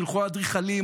שילכו האדריכלים,